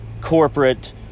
corporate